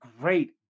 great